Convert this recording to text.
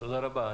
תודה רבה.